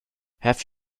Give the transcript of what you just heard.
have